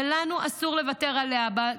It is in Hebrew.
ולנו אסור לוותר עליה.